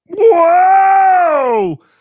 Whoa